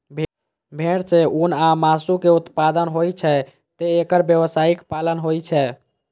भेड़ सं ऊन आ मासु के उत्पादन होइ छैं, तें एकर व्यावसायिक पालन होइ छै